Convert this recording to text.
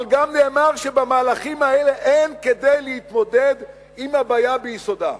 אבל גם נאמר שבמהלכים האלה אין כדי להתמודד עם הבעיה ביסודה.